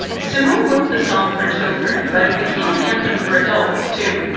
simone wrote the song for children, but it became an anthem for adults too.